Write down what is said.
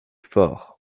fort